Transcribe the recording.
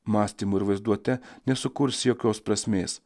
mąstymu ir vaizduote nesukurs jokios prasmės